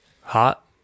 Hot